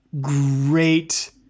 great